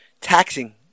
taxing